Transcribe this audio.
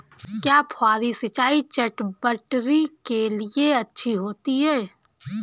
क्या फुहारी सिंचाई चटवटरी के लिए अच्छी होती है?